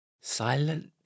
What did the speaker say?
silent